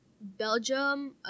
Belgium